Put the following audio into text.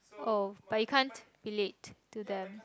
oh but you can't relate to them